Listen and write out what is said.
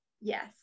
Yes